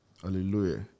Hallelujah